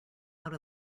out